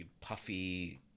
puffy –